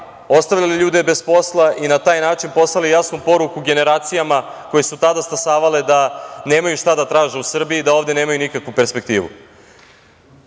ostavljali ljude bez posla i na taj način poslali jasnu poruku generacijama koje su tada stasavale da nemaju šta da traže u Srbiji, da ovde nemaju nikakvu perspektivu. Dolaskom